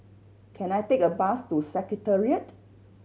can I take a bus to Secretariat